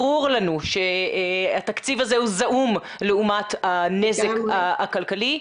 ברור לנו שהתקציב הזה הוא זעום לעומת הנזק הכלכלי.